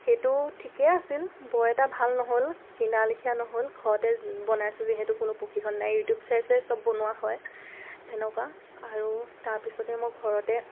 সেইটোও ঠিকেই আছিল বৰ এটা ভাল নহ'ল কিনালেখীয়া নহ'ল ঘৰতে বনাইছোঁ যিহেতু কোনো প্ৰশিক্ষণ নাই ইউটিউব চাই চাইয়ে চব বনোৱা হয় তেনেকুৱা আৰু তাৰপিছতে মই ঘৰতে